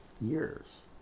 years